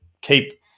keep